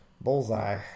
bullseye